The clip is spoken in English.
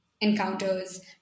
encounters